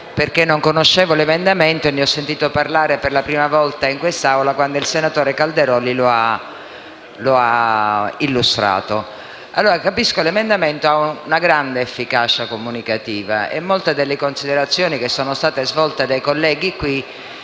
perché non conoscevo l'emendamento e ne ho sentito parlare per la prima volta in quest'Aula quando il senatore Calderoli lo ha illustrato. Capisco che l'emendamento ha una grande efficacia comunicativa e che molte delle considerazioni che sono state svolte qui dai colleghi